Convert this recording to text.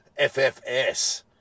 ffs